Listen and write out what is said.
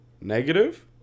negative